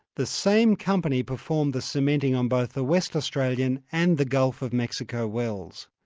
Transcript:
the same company performed the cementing on both the west australian and the gulf of mexico wells.